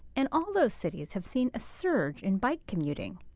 and all those cities have seen a surge in bike commuting.